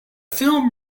film